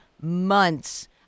months